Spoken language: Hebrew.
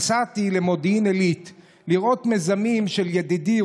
נסעתי למודיעין עילית לראות מיזמים של ידידי,